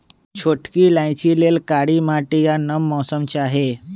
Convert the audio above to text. छोटकि इलाइचि लेल कारी माटि आ नम मौसम चाहि